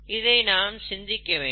இதை நாம் சிந்திக்க வேண்டும்